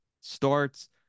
starts